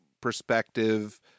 perspective